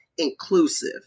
inclusive